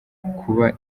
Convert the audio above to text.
kuba